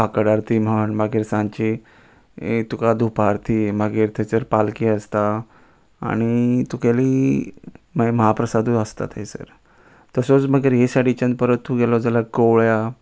काकड आरती म्हण मागीर सांजची तुका धुपारती मागीर थंयसर पालकी आसता आनी तुगेली मागीर म्हाप्रसादूय आसता थंयसर तसोच मागीर हे सायडीच्यान परत तूं गेलो जाल्यार गोळ्या